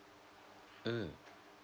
mm